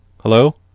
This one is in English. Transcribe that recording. Hello